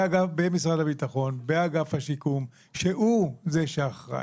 אגף השיקום במשרד הביטחון הוא זה שאחראי.